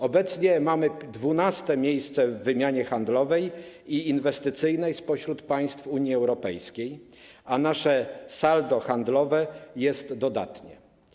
Obecnie zajmujemy 12. miejsce w wymianie handlowej i inwestycyjnej wśród państw Unii Europejskiej, a nasze saldo handlowe jest dodatnie.